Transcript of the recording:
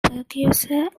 precursor